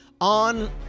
on